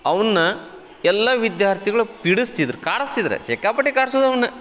ಅವುನ್ನ ಎಲ್ಲ ವಿದ್ಯಾರ್ಥಿಗಳು ಪೀಡಸ್ತಿದ್ರು ಕಾಡಸ್ತಿದ್ರು ಸಿಕ್ಕಾಪಟ್ಟೆ ಕಾಡ್ಸೋದು ಅವನ್ನ